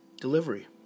Delivery